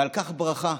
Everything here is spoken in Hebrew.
ועל כך ברכה.